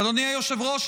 אדוני היושב-ראש,